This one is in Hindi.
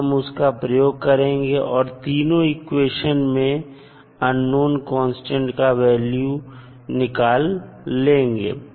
तो हम उसका प्रयोग करेंगे और तीनों इक्वेशंस मैं अननोन कांस्टेंट्स का वैल्यू निकाल लेंगे